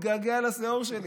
אני כבר שבוע מתגעגע לשאור שלי.